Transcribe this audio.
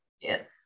Yes